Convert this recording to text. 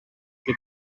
you